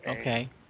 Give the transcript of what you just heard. okay